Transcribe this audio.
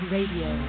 Radio